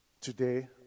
today